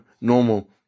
normal